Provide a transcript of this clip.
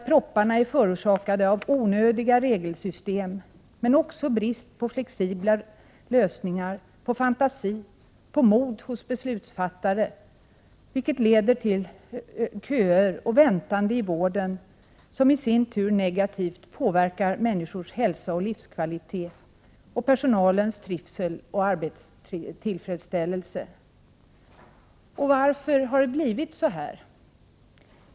Propparna är förorsakade av onödiga regelsystem men också av bristen på flexibla lösningar, fantasi och mod hos beslutsfattarna, vilket leder till köer och väntande i vården — något som i sin tur negativt påverkar människors hälsa och livskvalitet samt personalens trivsel och arbetstillfredsställelse. Varför har det då blivit så här?